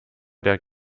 der